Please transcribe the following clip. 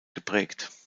geprägt